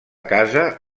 casa